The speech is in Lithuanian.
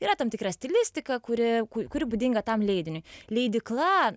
yra tam tikra stilistika kuri kuri būdinga tam leidiniui leidykla